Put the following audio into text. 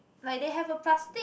like they have a plastic